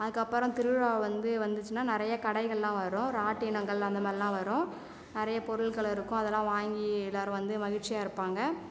அதுக்கு அப்புறம் திருவிழா வந்து வந்துச்சின்னா நிறைய கடைகள்லாம் வரும் ராட்டினங்கள் அந்த மாரிலாம் வரும் நிறைய பொருள்கள் இருக்கும் அதெலாம் வாங்கி எல்லாரும் வந்து மகிழ்ச்சியாக இருப்பாங்க